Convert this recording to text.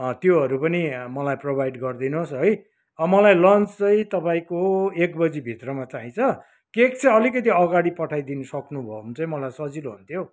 त्योहरू पनि मलाई प्रोभाइड गरिदिनुहोस् है न मलाई लन्च चाहिँ तपाईँको एक बजीभित्रमा चाहिन्छ केक चाहिँ अलिकति अगाडि पठाइदिन सक्नुभयो भने चाहिँ मलाई सजिलो हुन्थ्यो